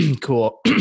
Cool